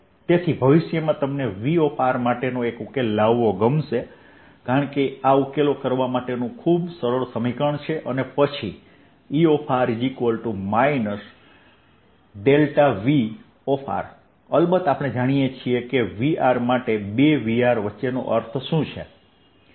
તેથી ભવિષ્યમાં તમને Vr માટેનો ઉકેલ લાવવો ગમશે કારણ કે આ ઉકેલો કરવા માટેનું ખૂબ સરળ સમીકરણ છે અને પછી Er Vr અલબત્ત આપણે જાણીએ છીએ કે Vrમાટે બે Vr વચ્ચેનો અર્થ શું છે